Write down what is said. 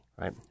right